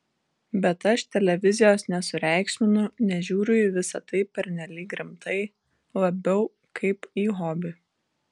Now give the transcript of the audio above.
bet aš televizijos nesureikšminu nežiūriu į visa tai pernelyg rimtai labiau kaip į hobį